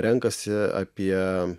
renkasi apie